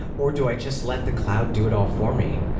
or do i just let the cloud do it all for me?